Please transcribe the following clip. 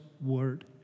Word